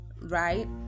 right